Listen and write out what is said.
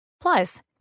Plus